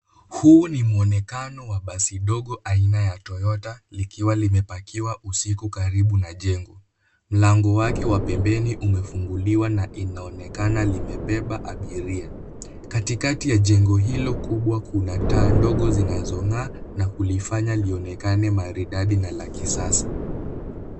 Huu ni mwonekano wa basi dogo aina ya Toyota likiwa limepakiwa usiku karibu na jengo. Mlango wake wa pembeni umefunguliwa na inaonekana limebeba abiria. Katikati ya jengo hilo kubwa kuna taa ndogo zinazong'aa na kulifanya lionekane maridadi na la kisasa.